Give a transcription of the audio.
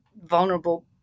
vulnerable